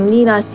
Nina